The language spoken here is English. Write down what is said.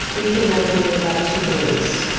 we can now do in about two days.